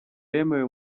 yemewe